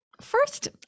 first